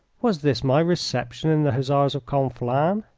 was this my reception in the hussars of conflans?